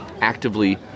actively